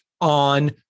on